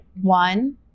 one